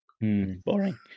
Boring